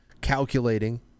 calculating